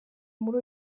muri